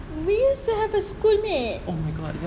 we used to have a schoolmate